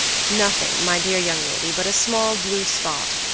nothing, my dear young lady, but a small blue spot,